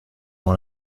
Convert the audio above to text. one